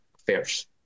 affairs